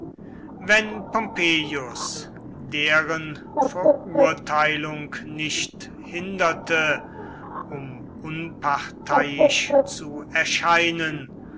wenn pompeius deren verurteilung nicht hinderte um unparteiisch zu erscheinen